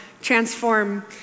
transform